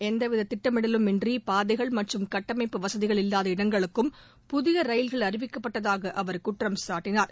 எந்தவித திட்டமிடலுமின்றி பாதைகள் மற்றும் கட்டமைப்பு வசதிகள் இல்வாத இடங்களுக்கும் புதிய ரயில்கள் அறிவிக்கப்பட்டதாக அவர் குற்றம்சாட்டினார்